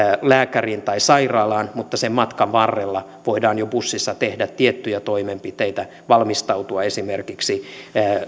lääkäriin tai sairaalaan mutta sen matkan varrella voidaan jo bussissa tehdä tiettyjä toimenpiteitä valmistautua esimerkiksi